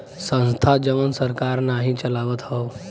संस्था जवन सरकार नाही चलावत हौ